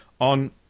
On